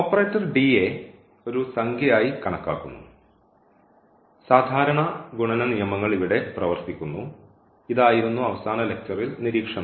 operator യെ ഒരു സംഖ്യയായി കണക്കാക്കുന്നു സാധാരണ ഗുണന നിയമങ്ങൾ ഇവിടെ പ്രവർത്തിക്കുന്നു ഇതായിരുന്നു അവസാന ലക്ച്ചറിൽ നിരീക്ഷണം